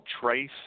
trace